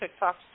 TikToks